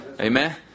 Amen